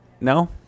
No